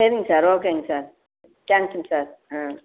சரிங்க சார் ஓகேங்க சார் தேங்க்ஸுங்க சார் ஆ